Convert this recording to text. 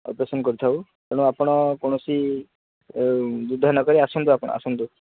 operation କରିଥାଉ ତେଣୁ ଆପଣ କୌଣସି ଦ୍ୱିଧା ନ କରି ଆସନ୍ତୁ ଆପଣ ଆସନ୍ତୁ